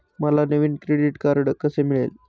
मला नवीन credit card कसे मिळेल?